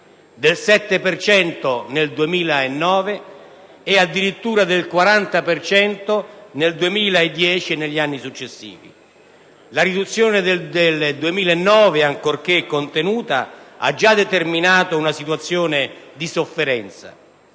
cento nel 2009 e addirittura del 40 per cento nel 2010 e negli anni successivi. La riduzione del 2009, ancorché contenuta, ha già determinato una situazione di sofferenza;